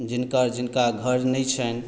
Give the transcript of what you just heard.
जिनका जिनका घर नहि छनि